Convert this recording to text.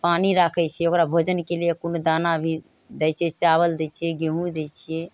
पानि राखै छिए ओकरा भोजनके लिए कोनो दाना भी दै छिए चावल दै छिए गहूम दै छिए